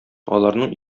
аларның